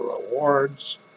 rewards